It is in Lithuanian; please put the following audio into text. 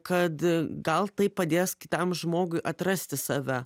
kad gal tai padės kitam žmogui atrasti save